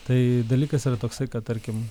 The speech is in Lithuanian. tai dalykas yra toksai kad tarkim